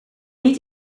niet